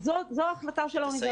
זו ההחלטה של האוניברסיטה.